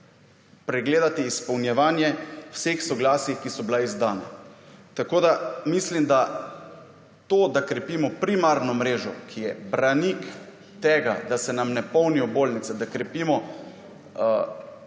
pregledati izpolnjevanje vseh soglasij, ki so bila izdana. Tako, da mislim, da to, da krepimo primarno mrežo, ki je branik tega, da se nam ne polnijo bolnice, da krepimo